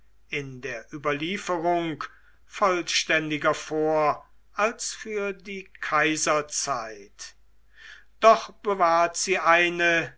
in der überlieferung vollständiger vor als für die kaiserzeit dort bewahrt sie eine